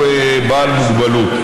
הוא בעל מוגבלות.